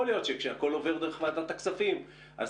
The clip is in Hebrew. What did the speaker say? יכול להיות שכשהכול עובר דרך ועדת הכספים אז